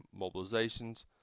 mobilizations